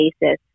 basis